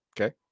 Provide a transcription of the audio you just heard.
Okay